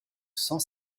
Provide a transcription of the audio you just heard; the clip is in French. cent